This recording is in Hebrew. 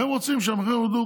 והם רוצים שהמחירים ירדו,